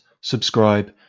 subscribe